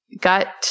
gut